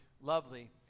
lovely